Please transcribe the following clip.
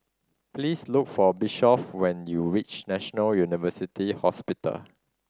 please look for Bishop when you reach National University Hospital